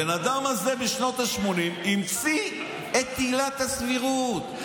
הבן אדם הזה בשנות השמונים המציא את עילת הסבירות.